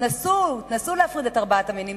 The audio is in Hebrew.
תנסו להפריד את ארבעת המינים,